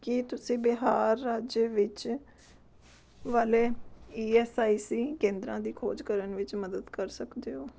ਕੀ ਤੁਸੀਂ ਬਿਹਾਰ ਰਾਜ ਵਿੱਚ ਵਾਲੇ ਈ ਐੱਸ ਆਈ ਸੀ ਕੇਂਦਰਾਂ ਦੀ ਖੋਜ ਕਰਨ ਵਿੱਚ ਮਦਦ ਕਰ ਸਕਦੇ ਹੋ